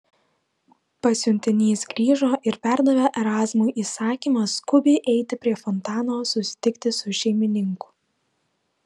pasiuntinys grįžo ir perdavė erazmui įsakymą skubiai eiti prie fontano susitikti su šeimininku